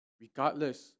Regardless